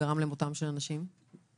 אנחנו